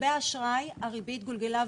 לגבי האשראי הריבית גולגלה,